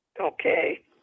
Okay